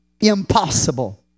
Impossible